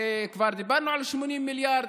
כבר דיברנו על 80 מיליארד,